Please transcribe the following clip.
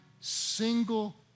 single